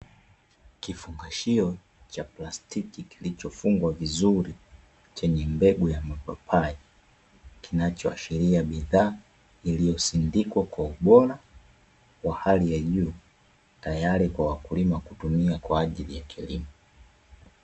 Kifungashio cha plastiki kilicho fungwa vizuri, chenye mbegu ya mapapai, kinacho ashiria bidhaa iliyosindikwa kwa ubora wa hali ya juu tayari kwa wakulima kutumia kwa ajili ya kilimo.